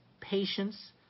patience